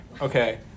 okay